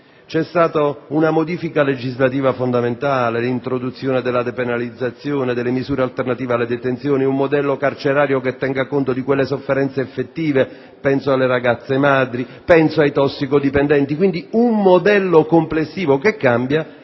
c'è stata una modifica legislativa fondamentale, l'introduzione della depenalizzazione, delle misure alternative alla detenzione, un modello carcerario che tenga conto di quelle sofferenze effettive (penso alle ragazze madri e ai tossicodipendenti), quindi un modello complessivo che cambia.